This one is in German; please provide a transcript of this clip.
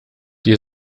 die